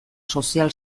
sozial